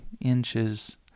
inches